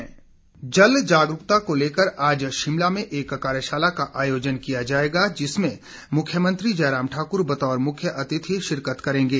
कार्यशाला जल जागरूकता को लेकर आज शिमला में एक कार्यशाला का आयोजन किया जाएगा जिसमें मुख्यमंत्री जयराम ठाकुर बतौर मुख्य अतिथि शिरकत करेंगे